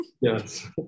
Yes